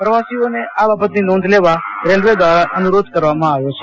પ્રવાસોઓને આ બાબતની નોંધ લેવા રેલ્વ દવારા અનરોધ કરવામાં આવ્યો છે